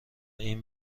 این